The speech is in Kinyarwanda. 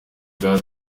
bwa